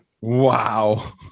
Wow